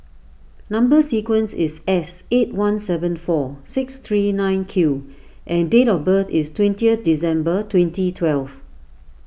Number Sequence is S eight one seven four six three nine Q and date of birth is twenty December twenty twelve